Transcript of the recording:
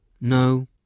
No